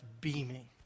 beaming